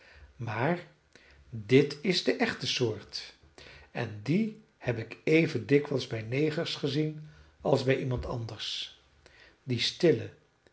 maar dit is de echte soort en die heb ik even dikwijls bij negers gezien als bij iemand anders die stille